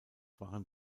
waren